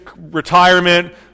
retirement